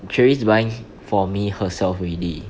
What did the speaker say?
cheries buying for me herself already